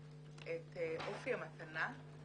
את אופי המתנה,